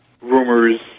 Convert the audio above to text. rumors